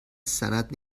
سند